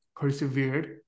persevered